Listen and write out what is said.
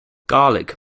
garlic